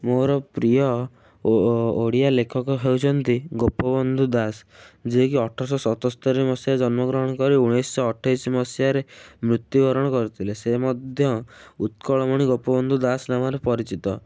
ମୋର ପ୍ରିୟ ଓଡ଼ିଆ ଲେଖକ ହେଉଛନ୍ତି ଗୋପବନ୍ଧୁ ଦାସ ଯିଏକି ଅଠରଶହ ସତୋସ୍ତରୀ ମସିହା ଜନ୍ମ ଗ୍ରହଣ କରି ଉଣେଇଶିଶହ ଅଠେଇଶି ମସିହାରେ ମୃତ୍ୟୁବରଣ କରିଥିଲେ ସେ ମଧ୍ୟ ଉତ୍କଳମଣି ଗୋପବନ୍ଧୁ ଦାସ ନାମରେ ପରିଚିତ